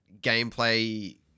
gameplay